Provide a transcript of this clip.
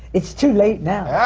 it's too late now!